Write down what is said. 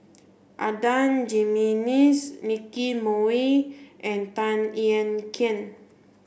Adan Jimenez Nicky Moey and Tan Ean Kiam